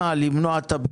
אני מאמין בתחרות,